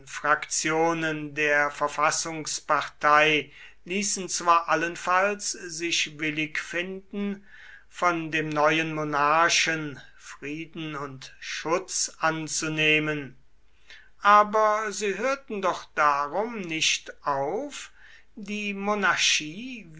fraktionen der verfassungspartei ließen zwar allenfalls sich willig finden von dem neuen monarchen frieden und schutz anzunehmen aber sie hörten doch darum nicht auf die monarchie